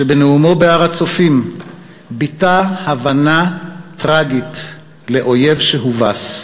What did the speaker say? שבנאומו בהר-הצופים ביטא הבנה טרגית לאויב שהובס,